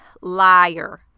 liar